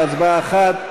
בהצבעה אחת.